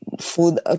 food